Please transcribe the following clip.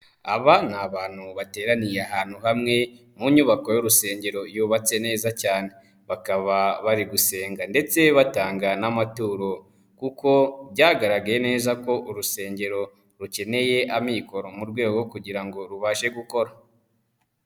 Aba ni abantu bateraniye ahantu hamwe mu nyubako y'urusengero yubatse neza cyane, bakaba bari gusenga ndetse batanga n'amaturo kuko byaye neza ko urusengero rukeneye amikoro mu rwego rwo kugira ngo rubashe gukora.